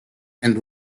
and